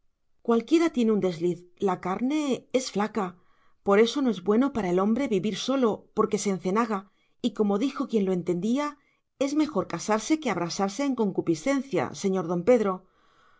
cualquiera tiene un desliz la carne es flaca por eso no es bueno para el hombre vivir solo porque se encenaga y como dijo quien lo entendía es mejor casarse que abrasarse en concupiscencia señor don pedro